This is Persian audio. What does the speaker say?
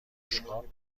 بشقاب